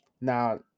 Now